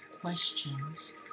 questions